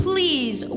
Please